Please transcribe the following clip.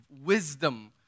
wisdom